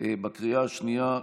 בקריאה השנייה,